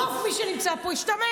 רוב מי שנמצא פה השתמט,